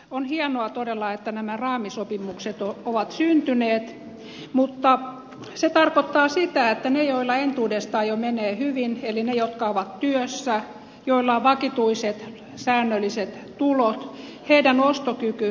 on hienoa todella että nämä raamisopimukset ovat syntyneet mutta se tarkoittaa sitä että niillä joilla jo entuudestaan menee hyvin eli jotka ovat työssä joilla on vakituiset säännölliset tulot ostokyky säilyy